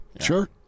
sure